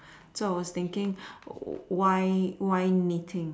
so I was thinking why why meeting